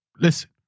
listen